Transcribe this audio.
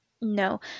No